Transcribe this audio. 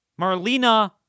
Marlena